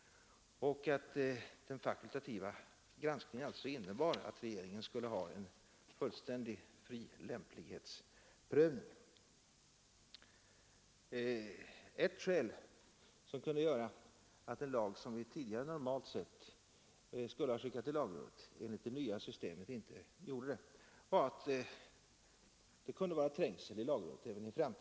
Den fakultativa granskningen innebär alltså att regeringen skall göra en fullständigt fri lämplighetsprövning. Ett skäl som kunde göra att en lag, som vi tidigare normalt skulle ha remitterat till lagrådet, enligt det nya systemet inte sändes dit var att det kunde bli trängsel i lagrådet även framgent.